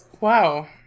Wow